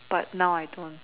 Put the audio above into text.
but now I don't